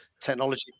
Technology